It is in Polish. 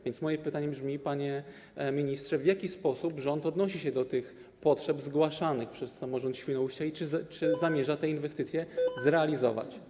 Więc moje pytanie brzmi, panie ministrze: W jaki sposób rząd odnosi się do tych potrzeb zgłaszanych przez samorząd Świnoujścia i czy zamierza te inwestycje zrealizować?